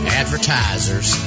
advertisers